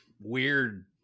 weird